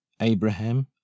Abraham